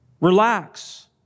Relax